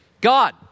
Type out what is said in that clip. God